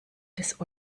des